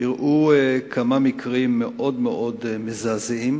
אירעו כמה מקרים מאוד-מאוד מזעזעים,